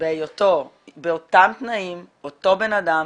בהיותו באותם תנאים, אותו בנאדם,